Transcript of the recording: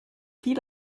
viel